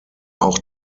auch